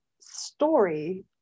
story